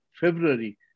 February